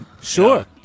Sure